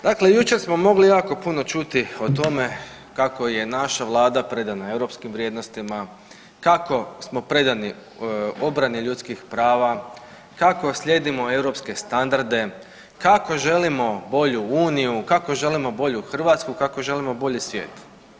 Dakle, jučer smo mogli jako puno čuti o tome kako je naša vlada predana europskim vrijednostima, kako smo predani obrani ljudskih prava, kako slijedimo europske standarde, kako želimo bolju uniju, kako želimo bolju Hrvatsku, kako želimo bolji svijet.